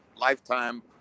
lifetime